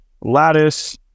lattice